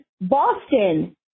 Boston